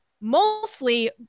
mostly